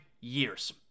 years